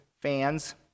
fans